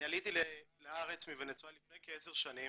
אני עליתי לארץ מוונצואלה לפני כעשר שנים,